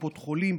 קופות חולים,